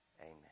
Amen